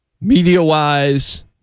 media-wise